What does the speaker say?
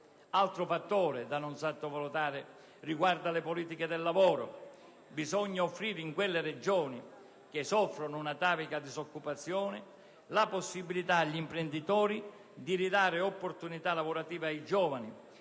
Altro fattore da non sottovalutare riguarda le politiche del lavoro. Bisognerebbe offrire, in quelle Regioni che soffrono una atavica disoccupazione, la possibilità agli imprenditori di ridare opportunità lavorative ai giovani,